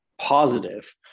positive